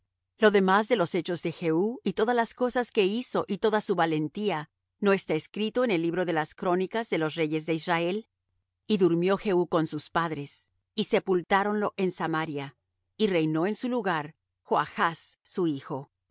lo demás de los hechos de manahem y todas las cosas que hizo no está escrito en el libro de las crónicas de los reyes de israel y durmió manahem con sus padres y reinó en su lugar pekaía su hijo